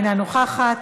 אינה נוכחת,